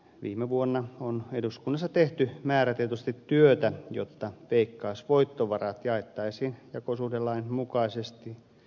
viime vuonna on eduskunnassa tehty määrätietoisesti työtä jotta veikkausvoittovarat jaettaisiin jakosuhdelain mukaisesti